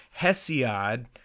hesiod